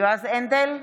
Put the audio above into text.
יועז הנדל,